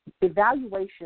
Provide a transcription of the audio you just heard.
evaluation